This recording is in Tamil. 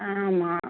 ஆ ஆமாம்